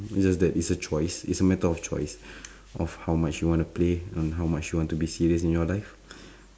just that it's a choice it's a matter of choice of how much you want to play and how much you want to be serious in your life